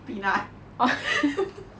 peanut